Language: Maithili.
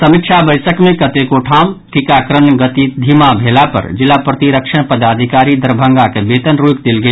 समीक्षा बैसक मे कतेको ठाम टीकाकरणक गति धीमा भेला पर जिला प्रतिरक्षण पदाधिकारी दरभंगाक वेतन रोकि देल गेल